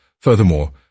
Furthermore